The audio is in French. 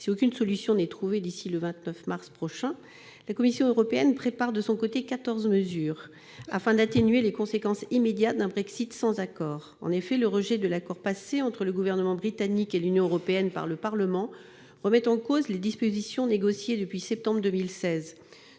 si aucune solution n'est trouvée d'ici au 29 mars prochain. La Commission européenne prépare de son côté quatorze mesures visant à atténuer les conséquences immédiates d'un Brexit sans accord. En effet, le rejet par le Parlement britannique de l'accord passé entre le Gouvernement britannique et l'Union européenne remet en cause les dispositions négociées depuis septembre 2016.